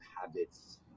habits